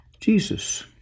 Jesus